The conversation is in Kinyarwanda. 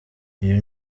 iyo